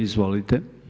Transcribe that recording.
Izvolite.